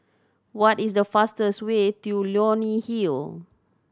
what is the fastest way to Leonie Hill